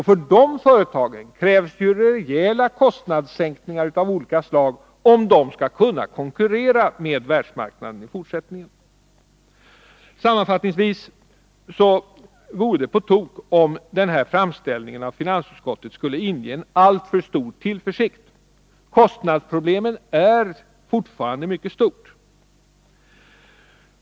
För de företagen krävs det ju rejäla kostnadssänkningar av olika slag, om de skall kunna konkurrera på världsmarknaden i fortsättningen. Sammanfattningsvis vill jag säga att det vore på tok om den här framställningen av finansutskottet skulle inge en alltför stor tillförsikt. Kostnadsproblemen är fortfarande mycket stora.